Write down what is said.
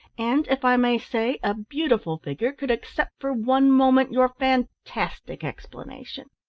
and if i may say, a beautiful figure, could accept for one moment your fantastic explanation.